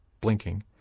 blinking